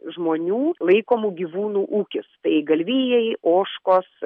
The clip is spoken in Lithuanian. žmonių laikomų gyvūnų ūkis tai galvijai ožkos